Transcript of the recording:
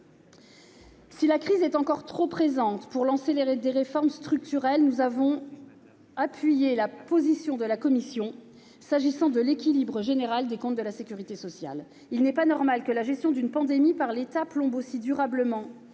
Si la crise est encore trop présente pour lancer les réformes structurelles, nous avons appuyé la position de la commission s'agissant de l'équilibre général des comptes de la sécurité sociale. Il n'est pas normal que la gestion d'une pandémie par l'État plombe aussi durablement